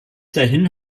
dahin